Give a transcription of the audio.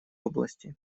области